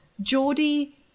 Geordie